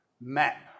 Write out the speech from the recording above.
map